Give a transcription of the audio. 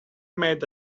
made